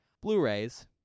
Blu-rays